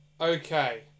Okay